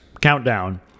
Countdown